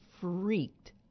freaked